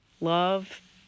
love